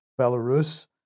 Belarus